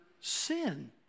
sin